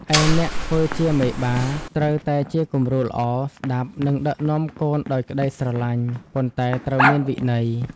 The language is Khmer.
ឯអ្នកធ្វើជាមេបា ត្រូវតែជាគំរូល្អ ស្តាប់ និងដឹកនាំកូនដោយក្ដីស្រឡាញ់ ប៉ុន្តែត្រូវមានវិន័យ។